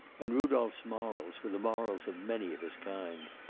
and rudolph's morals were the morals of many of his kind.